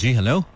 hello